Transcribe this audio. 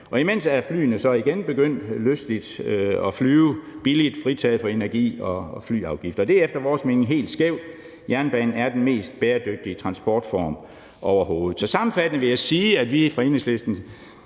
Imens er flyene så igen begyndt lystigt at flyve billigt, fritaget for energi- og flyafgifter. Det er efter vores mening helt skævt. Jernbanen er den mest bæredygtige transportform overhovedet. Så sammenfattende vil jeg sige, at vi fra Enhedslistens